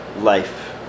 life